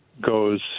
goes